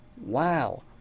wow